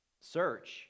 Search